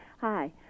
Hi